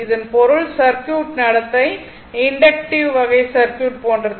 இதன் பொருள் சர்க்யூட் நடத்தை இண்டக்ட்டிவ் வகை சர்க்யூட் போன்றது